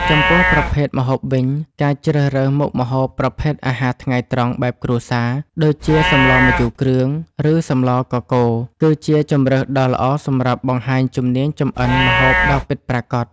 ចំពោះប្រភេទម្ហូបវិញ ការជ្រើសរើសមុខម្ហូបប្រភេទអាហារថ្ងៃត្រង់បែបគ្រួសារ ដូចជា សម្លម្ជូរគ្រឿង ឬសម្លកកូរ គឺជាជម្រើសដ៏ល្អសម្រាប់បង្ហាញជំនាញចម្អិនម្ហូបដ៏ពិតប្រាកដ។